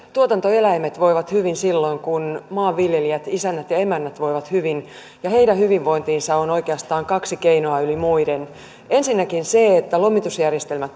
tuotantoeläimet voivat hyvin silloin kun maanviljelijät isännät ja emännät voivat hyvin ja heidän hyvinvointiinsa on oikeastaan kaksi keinoa yli muiden ensinnäkin se että lomitusjärjestelmä